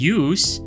use